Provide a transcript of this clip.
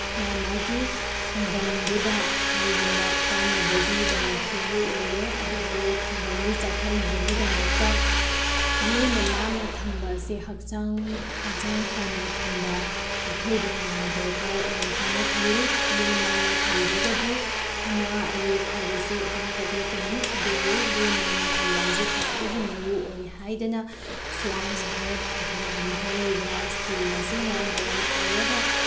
ꯃꯥꯒꯤ ꯃꯥꯒꯤ ꯈꯨꯡꯒꯪꯗꯨꯗ ꯀꯔꯤꯒꯨꯝꯕ ꯀꯥꯅꯕꯒꯤꯗꯃꯛꯇꯕꯨ ꯑꯣꯏꯔꯦ ꯑꯗꯨꯕꯨ ꯈꯨꯡꯒꯪꯒꯤ ꯆꯥꯎꯈꯠꯅꯕꯒꯤꯗꯃꯛꯇ ꯂꯨꯅ ꯅꯥꯟꯅ ꯊꯝꯕꯁꯦ ꯍꯛꯆꯥꯡ ꯍꯛꯆꯥꯡ ꯐꯅ ꯊꯝꯕ ꯑꯩꯈꯣꯏꯗ ꯌꯥꯝꯅ ꯗꯔꯀꯥꯔ ꯑꯣꯏ ꯍꯥꯏꯅ ꯈꯜꯂꯤ ꯂꯨ ꯅꯥꯟꯅ ꯊꯝꯗ꯭ꯔꯒꯗꯤ ꯑꯅꯥ ꯑꯌꯦꯛ ꯍꯥꯏꯕꯁꯤ ꯑꯗꯨꯝ ꯄꯣꯛꯂꯛꯀꯅꯤ ꯑꯗꯨꯕꯨ ꯂꯨ ꯅꯥꯟꯅ ꯊꯝꯕ ꯍꯥꯏꯁꯤ ꯈ꯭ꯋꯥꯏꯗꯒꯤ ꯃꯔꯨꯑꯣꯏ ꯍꯥꯏꯗꯅ ꯁ꯭ꯋꯥꯁ ꯚꯥꯔꯠ ꯑꯚꯤꯌꯥꯟ ꯍꯥꯏꯔꯤꯕ ꯏꯁꯀꯤꯝ ꯑꯁꯤꯅ ꯃꯔꯝ ꯑꯣꯏꯔꯒ